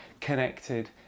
connected